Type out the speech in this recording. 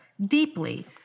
deeply